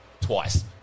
twice